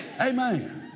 Amen